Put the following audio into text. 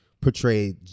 portrayed